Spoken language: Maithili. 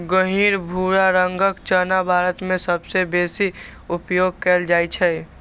गहींर भूरा रंगक चना भारत मे सबसं बेसी उपयोग कैल जाइ छै